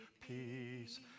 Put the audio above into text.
peace